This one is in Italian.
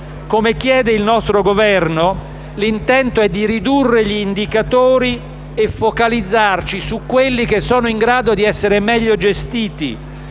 Come chiede il nostro Governo, l'intento è quello di ridurre gli indicatori e focalizzarci su quelli che sono in grado di essere meglio gestiti.